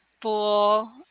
full